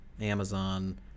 amazon